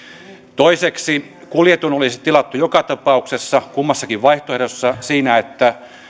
toiseksi kuljetin olisi tilattu joka tapauksessa kummassakin vaihtoehdossa siinä että